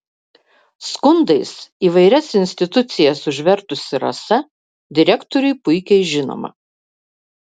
skundais įvairias institucijas užvertusi rasa direktoriui puikiai žinoma